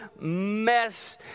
mess